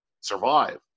survive